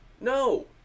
no